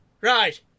Right